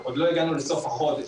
אנחנו עוד לא הגענו לסוף החודש.